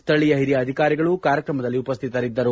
ಸ್ಥಳೀಯ ಹಿರಿಯ ಅಧಿಕಾರಿಗಳು ಕಾರ್ಯಕ್ರಮದಲ್ಲಿ ಉಪಸ್ಥಿತರಿದ್ದರು